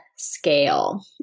scale